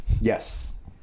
Yes